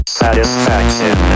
satisfaction